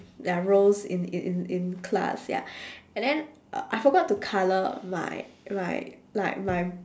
yeah rows in in in in class ya and then uh I forgot to colour my my like my